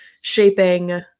shaping